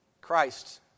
Christ